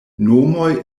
nomoj